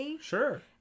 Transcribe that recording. Sure